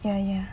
ya ya